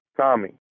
Tommy